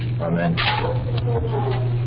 Amen